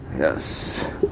Yes